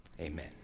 Amen